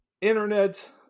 internet